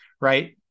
Right